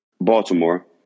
Baltimore